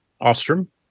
Ostrom